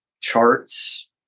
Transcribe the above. charts